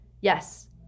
Yes